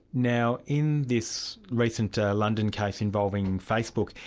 now in this recent ah london case involving facebook,